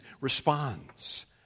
responds